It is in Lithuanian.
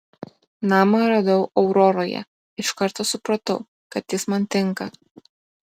namą radau auroroje iš karto supratau kad jis man tinka